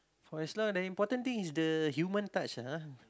for as long as the important thing is the human touch lah ah